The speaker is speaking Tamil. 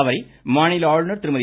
அவரை மாநில ஆளுநர் திருமதி